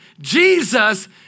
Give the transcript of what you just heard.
Jesus